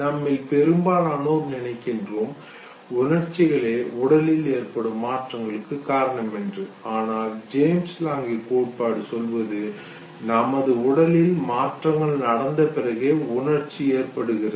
நம்மில் பெரும்பாலானோர் நினைக்கிறோம் உணர்ச்சிகளே உடலில் ஏற்படும் மாற்றங்களுக்கு காரணம் என்று ஆனால் ஜேம்ஸ் லாங்கே கோட்பாடு சொல்வது நமது உடலில் மாற்றங்கள் நடந்த பிறகே உணர்ச்சி ஏற்படுகிறது